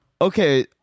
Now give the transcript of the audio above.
okay